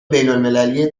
بینالمللی